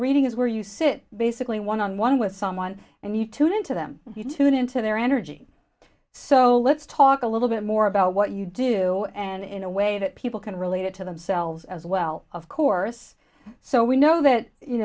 reading is where you sit basically one on one with someone and you tune into them you tune into their energy so let's talk a little bit more about what you do and in a way that people can relate it to themselves as well of course so we know that you